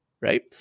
right